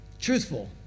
Truthful